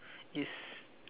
is